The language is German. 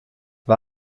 war